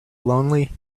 lonely